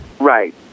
Right